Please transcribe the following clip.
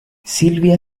silvia